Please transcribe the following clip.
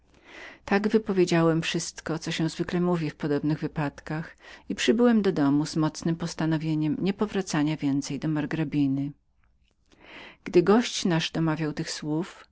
tak wypowiedziałem wszystko co się zwykle mówi w podobnych wypadkach i wróciłem do domu z mocnem postanowieniem nie powracania więcej do margrabiny gdy gość nasz domawiał tych słów